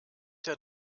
der